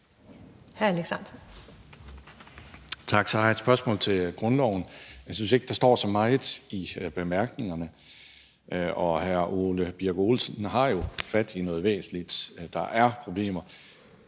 Tak. Så har jeg et spørgsmål til grundloven. Jeg synes ikke, der står så meget i bemærkningerne, og hr. Ole Birk Olesen har jo fat i noget væsentligt: at der er problemer.